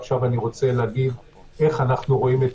עכשיו אני רוצה להגיד איך אנחנו רואים את